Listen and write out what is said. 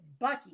Bucky